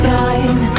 time